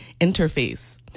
interface